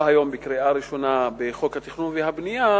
היום בקריאה ראשונה בחוק התכנון והבנייה,